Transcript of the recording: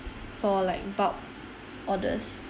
for like bulk orders